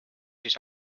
siis